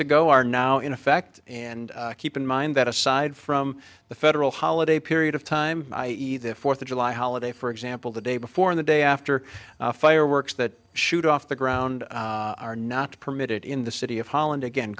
ago are now in effect and keep in mind that aside from the federal holiday period of time i e the fourth of july holiday for example the day before the day after fireworks that shoot off the ground are not permitted in the city of holland again